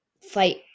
fight